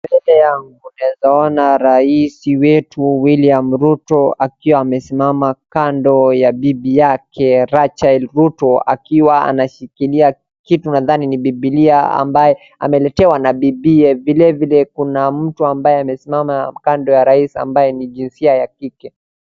Mbele yangu naeza ona raisi wetu William Ruto akiwa amesimama kado ya bibi yake Rachael Ruto, akiwa ameshikilia kitu nadhani ni bibilia ambaye ameletewa na bibiye, vilevile kuna mtu ambaye amesimama kado ya raisi ambaye ni wa jinsia ya kike.